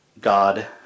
God